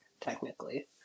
technically